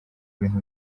bintu